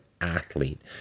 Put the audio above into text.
athlete